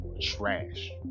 Trash